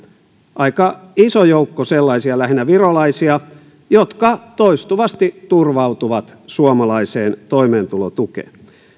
aika iso joukko sellaisia lähinnä virolaisia jotka toistuvasti turvautuvat suomalaiseen toimeentulotukeen